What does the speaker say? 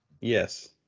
Yes